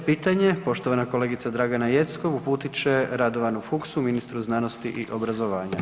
5. pitanje, poštovana kolegica Dragana Jeckov uputit će Radovanu Fuchsu, ministru znanosti i obrazovanja.